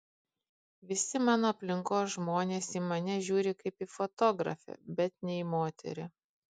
visi mano aplinkos žmonės į mane žiūri kaip į fotografę bet ne į moterį